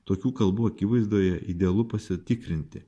tokių kalbų akivaizdoje idealu pasitikrinti